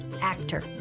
actor